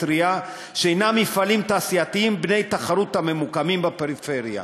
טרייה שהם מפעלים תעשייתיים בני-תחרות הממוקמים בפריפריה.